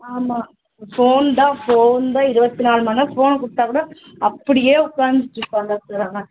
ஆமாம் ஃபோன்தான் ஃபோன்தான் இருபத்தி நாலுமணி நேரமும் ஃபோனை கொடுத்தாக்கூட அப்படியே உட்காந்துட்டுருப்பான் டாக்டர் அவன்